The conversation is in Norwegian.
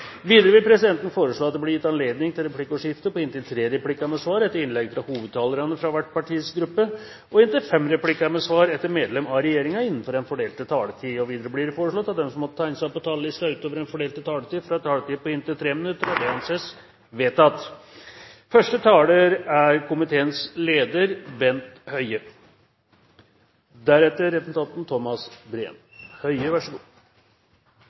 Videre vil presidenten foreslå at det blir gitt anledning til replikkordskifte på inntil tre replikker med svar etter innlegg fra hovedtalerne fra hver partigruppe, og inntil fem replikker med svar etter medlem av regjeringen innenfor den fordelte taletid. Videre blir det foreslått at de som måtte tegne seg på talerlisten utover den foredelte taletid, får en taletid på inntil 3 minutter. – Det anses vedtatt. Norge har et godt helsevesen. De fleste pasientene får rask og god